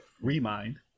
Remind